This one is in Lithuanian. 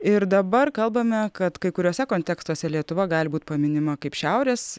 ir dabar kalbame kad kai kuriuose kontekstuose lietuva gali būt paminima kaip šiaurės